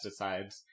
pesticides